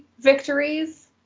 victories